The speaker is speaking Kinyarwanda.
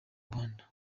rwanda